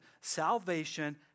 Salvation